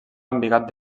embigat